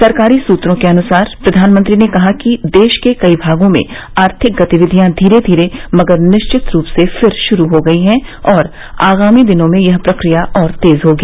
सरकारी सूत्रों के अनुसार प्रधानमंत्री ने कहा कि देश के कई भागों में आर्थिक गतिविधियां धीरे धीरे मगर निश्चित रूप से फिर शुरू हो गई हैं और आगामी दिनों में यह प्रक्रिया और तेज होगी